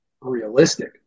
realistic